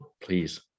please